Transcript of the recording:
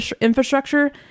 infrastructure